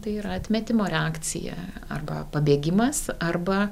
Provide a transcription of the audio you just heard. tai yra atmetimo reakcija arba pabėgimas arba